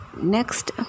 Next